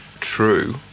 true